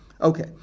Okay